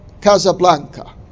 casablanca